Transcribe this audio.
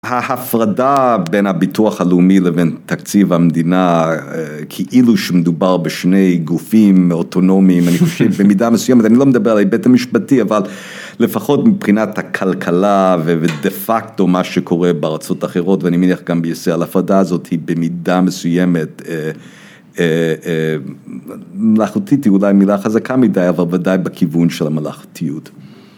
ההפרדה בין הביטוח הלאומי לבין תקציב המדינה כאילו שמדובר בשני גופים אוטונומיים, אני חושב, במידה מסוימת, אני לא מדבר על ההיבט המשפטי, אבל לפחות מבחינת הכלכלה ודה פקטו מה שקורה בארצות אחרות, ואני מניח גם בישראל, ההפרדה הזאת, היא במידה מסוימת, מלאכותית היא אולי מילה חזקה מדי, אבל ודאי בכיוון של המלאכותיות.